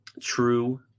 true